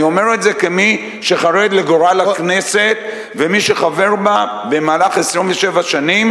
אני אומר את זה כמי שחרד לגורל הכנסת ומי שחבר בה במהלך 27 שנים,